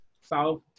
south